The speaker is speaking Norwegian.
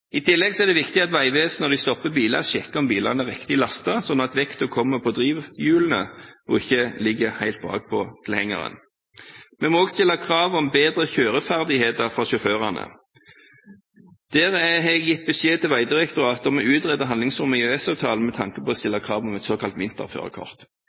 I tillegg er det viktig at Vegvesenet, når de stopper biler, sjekker om bilene er riktig lastet, sånn at vekten kommer på drivhjulene og ikke ligger helt bak på tilhengeren. Vi må også stille krav om bedre kjøreferdigheter for sjåførene. Jeg har gitt beskjed til Vegdirektoratet om å utrede handlingsrommet i EØS-avtalen med tanke på å